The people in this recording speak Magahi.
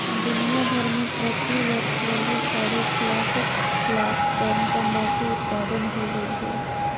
दुनिया भर में प्रति वर्ष लगभग साढ़े छियासठ लाख टन तंबाकू उत्पादन होवई हई,